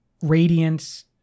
Radiance